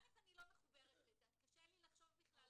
אל"ף, אני לא מחוברת לזה אז קשה לי לחשוב בכלל.